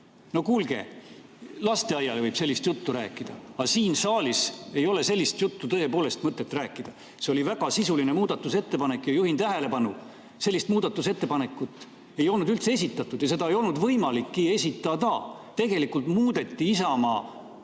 No kuulge, lasteaiale võib sellist juttu rääkida, aga siin saalis ei ole sellist juttu tõepoolest mõtet rääkida. See oli väga sisuline muudatusettepanek ja juhin tähelepanu, sellist muudatusettepanekut ei olnud üldse esitatud ja seda ei olnud võimalikki esitada. Tegelikult muudeti Isamaa